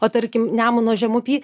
o tarkim nemuno žemupy